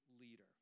leader